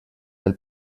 del